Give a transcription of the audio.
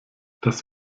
das